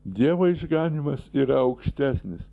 dievo išganymas yra aukštesnis